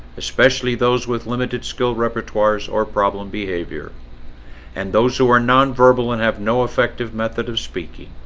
especially those with limited skilled repertoires or problem behavior and those who are non-verbal and have no effective method of speaking